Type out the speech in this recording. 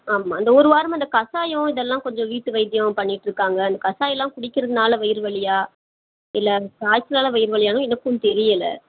ஆமாம் இந்த ஒரு வாரமாக இந்த கசாயம் இதெல்லாம் கொஞ்சம் வீட்டு வைத்தியம் பண்ணிகிட்ருக்காங்க இந்த கசாயமெலாம் குடிக்கிறதினால வயிறு வலியா இல்லை காய்ச்சலால் வயிறு வலியானும் எனக்கும் தெரியலை